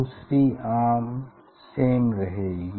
दूसरी arm same रहेगी